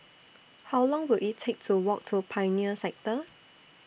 How Long Will IT Take to Walk to Pioneer Sector